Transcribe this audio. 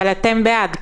אתם בעד?